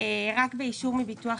רק באישור מביטוח